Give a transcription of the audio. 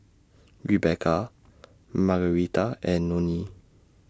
Rebekah Margarita and Nonie